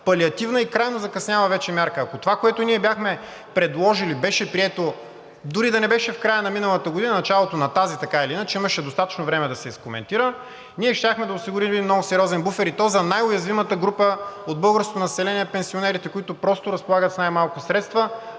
Палиативна и крайно закъсняла вече мярка. Ако това, което ние бяхме предложили, беше прието дори да не беше в края на миналата година, а началото на тази, така или иначе имаше достатъчно време да се изкоментира. Ние щяхме да осигурим един много сериозен буфер, и то за най-уязвимата група от българското население – пенсионерите, които разполагат с най-малко средства,